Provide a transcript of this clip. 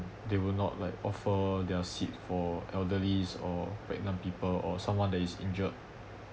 they will not like offer their seat for elderly's or pregnant people or someone that is injured